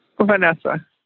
Vanessa